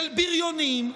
של בריונים,